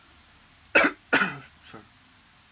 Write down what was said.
sorry